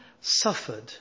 suffered